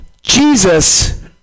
Jesus